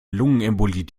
lungenembolie